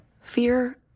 Fear